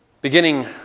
Beginning